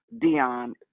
Dion